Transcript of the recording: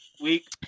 week